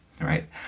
right